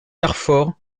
carfor